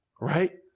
right